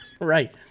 Right